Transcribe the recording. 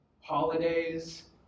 holidays